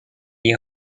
est